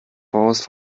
voraus